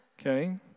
Okay